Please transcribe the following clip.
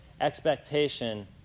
expectation